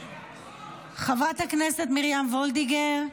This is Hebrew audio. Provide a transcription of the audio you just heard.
חברת הכנסת מרים וולדיגר.